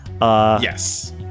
Yes